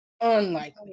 unlikely